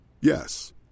Yes